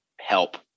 help